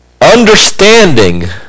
Understanding